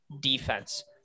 defense